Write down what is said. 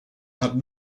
had